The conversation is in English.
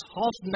half